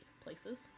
places